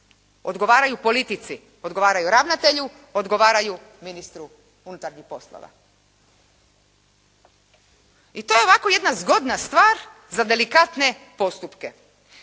Odgovaraju politici, odgovaraju ravnatelju, odgovaraju ministru unutarnjih poslova i to je ovako jedna zgodna stvar za delikatne postupke.